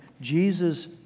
Jesus